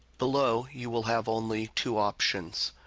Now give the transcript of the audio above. below, you will have only two options.